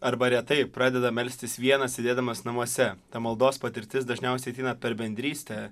arba retai pradeda melstis vienas sėdėdamas namuose ta maldos patirtis dažniausiai ateina per bendrystę